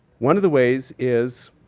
one of the ways is